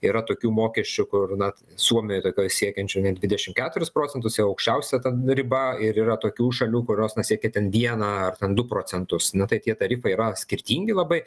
yra tokių mokesčių kur na suomijoj tokioj siekiančių net dvidešim keturis procentus jau aukščiausia ten riba ir yra tokių šalių kurios na siekia ten vieną ar ten du procentus na tai tie tarifai yra skirtingi labai